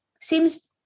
seems